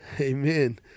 Amen